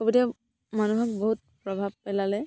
ক'ভিডে মানুহক বহুত প্ৰভাৱ পেলালে